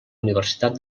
universitat